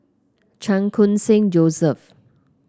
Chan Khun Sing Joseph